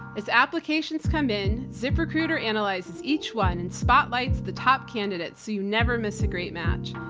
its applications come in, ziprecruiter analyzes each one, and spotlights the top candidates, so you never miss a great match.